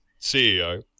CEO